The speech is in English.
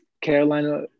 Carolina